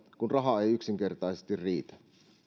kun raha ei yksinkertaisesti riitä